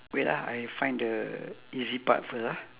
wait ah I find the easy part first ah